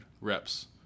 reps